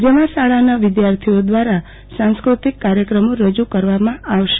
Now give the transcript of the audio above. જેમાં શાળાના વિધાર્થીઓ દ્રારા સાંસ્ક્રતિક કાર્યક્રમો રજુ કરવામાં આવશે